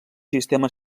sistema